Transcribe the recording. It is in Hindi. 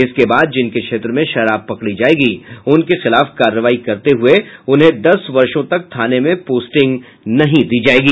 इसके बाद जिनके क्षेत्र में शराब पकड़ी जायेगी उनके खिलाफ कार्रवाई करते हुये उन्हें दस वर्षों तक थाने में पोस्टिंग नहीं दी जायेगी